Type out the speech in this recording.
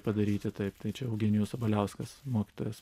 padaryti taip tai čia eugenijus sabaliauskas mokytojas